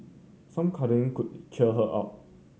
some cuddling could cheer her up